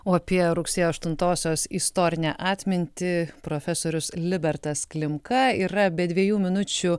o apie rugsėjo aštuntosios istorinę atmintį profesorius libertas klimka yra be dviejų minučių